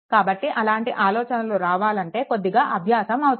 కాబట్టి అలాంటి ఆలోచనలు రావాలి అంటే కొద్దిగా అభ్యాసం అవసరం